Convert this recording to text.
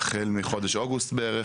החל מחודש אוגוסט בערך.